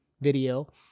video